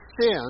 sin